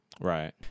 Right